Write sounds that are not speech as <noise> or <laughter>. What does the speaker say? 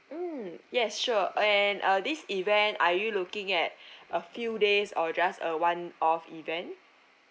mm yes sure and uh this event are you looking at <breath> a few days or just a one off event